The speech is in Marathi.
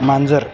मांजर